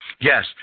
Yes